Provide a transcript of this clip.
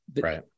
Right